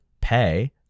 pay